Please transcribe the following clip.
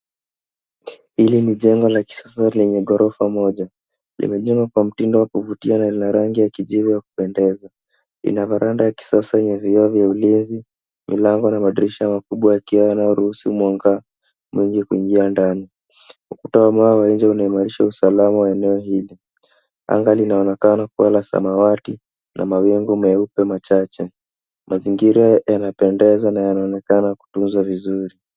Hili ni jengo la kisasa lenye ghorofa moja. Limejengwa kwa mtindo wa kuvutia na lina rangi ya kijivu ya kupendeza. Ina veranda ya kisasa yenye vioo vya ulinzi, mlango na madirisha makubwa ya kioo yanayoruhusu mwanga mwingi kuingia ndani. Ukuta wa mawe nje unaimarisha usalama wa eneo hili. Anga linaonekana kuwa la samawati na mawingu meupe machache. Mazingira yanapendeza na yanaonekana kutunzwa vizuri.